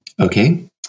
Okay